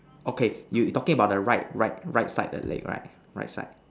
okay you you talking about the right right right side the leg right right side